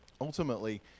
Ultimately